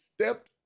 stepped